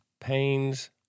pains